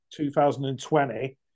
2020